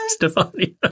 Stefania